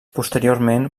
posteriorment